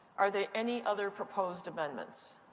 are there any other proposed amendments?